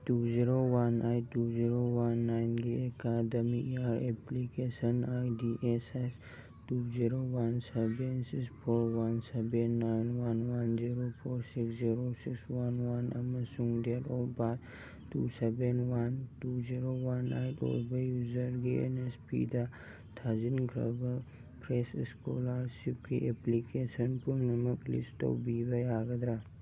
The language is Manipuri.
two zero one eight two zero one ꯅꯥꯏꯟꯒꯤ academic year application I D S ꯍꯩꯁ two zero one seven six four one seven nine one one zero four six zero six one one ꯑꯃꯁꯨꯡ date of birth two seven one two zero one eight ꯑꯣꯏꯕ ꯌꯨꯖꯔꯒꯤ ꯑꯦꯟ ꯅꯦꯁ ꯄꯤꯗ ꯊꯥꯖꯤꯟꯈ꯭ꯔꯕ ꯐ꯭ꯔꯦꯁ ꯏꯁꯀꯣꯂꯥꯔꯁꯤꯞꯀꯤ ꯑꯦꯄ꯭ꯂꯤꯀꯦꯁꯟ ꯄꯨꯝꯅꯃꯛ ꯂꯤꯁ ꯇꯧꯕꯤꯕ ꯌꯥꯒꯗ꯭ꯔꯥ